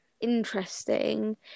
interesting